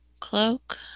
cloak